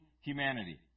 humanity